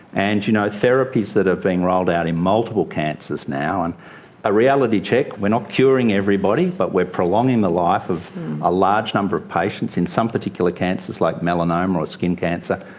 and you know, therapies that have been rolled out in multiple cancers now and a reality check, we're not curing everybody, but we're prolonging the life of a large number of patients in some particular cancers like melanoma or skin cancer,